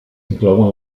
inclouen